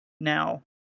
Now